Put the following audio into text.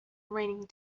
raining